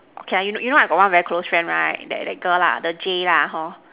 okay ah you know you know I got one very close friend right that that girl lah the J lah hor